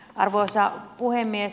arvoisa puhemies